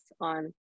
on